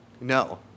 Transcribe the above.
No